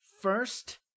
first